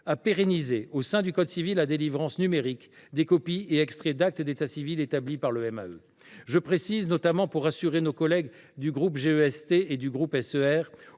pérennise dans le code civil la délivrance numérique des copies et extraits d’actes d’état civil établis par le MEAE. Je précise, notamment pour rassurer nos collègues des groupes GEST et SER,